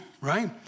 Right